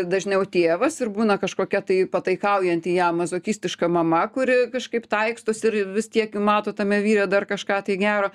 dažniau tėvas ir būna kažkokia tai pataikaujanti jam mazochistiška mama kuri kažkaip taikstosi ir vis tiek mato tame vyre dar kažką tai gero